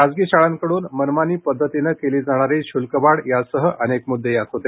खासगी शाळांकडून मनमानी पद्धतीने केली जाणारी शुल्कवाढ यासह अनेक मुद्दे यात होते